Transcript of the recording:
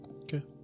Okay